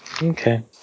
Okay